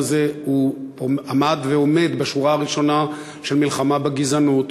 הזה עמד ועומד בשורה הראשונה של מלחמה בגזענות,